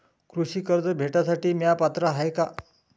कृषी कर्ज भेटासाठी म्या पात्र हाय का?